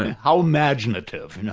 how imaginative'. and